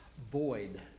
void